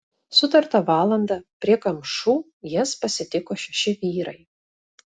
sutartą valandą prie kamšų jas pasitiko šeši vyrai